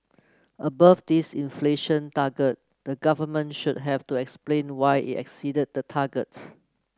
above this inflation target the government should have to explain why it exceeded the target